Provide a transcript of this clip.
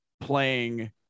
playing